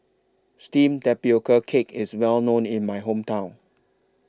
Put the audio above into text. Steamed Tapioca Cake IS Well known in My Hometown